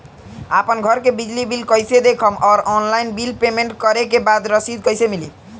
आपन घर के बिजली बिल कईसे देखम् और ऑनलाइन बिल पेमेंट करे के बाद रसीद कईसे मिली?